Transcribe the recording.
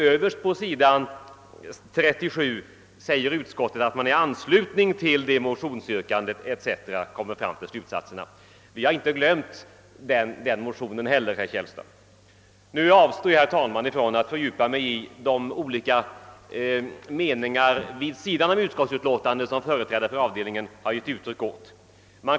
Överst på s. 37 framhåller utskottet, att det »i anslutning till dessa motionsyrkanden» etc. kommer fram till slutsatsen o.s.v. Vi har alltså inte glömt den motionen, herr Källstad. Jag avstår, herr talman, från att fördjupa mig i de olika tolkningar av utskottsutlåtandet som medlemmar i avdelningen gett uttryck åt.